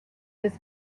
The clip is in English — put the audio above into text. this